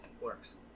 Works